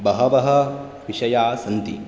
बहवः विषयाः सन्ति